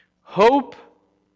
Hope